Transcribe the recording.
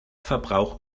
verbrauch